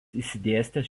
išsidėstęs